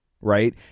Right